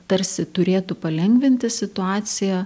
tarsi turėtų palengvinti situaciją